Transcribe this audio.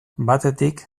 batetik